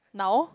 now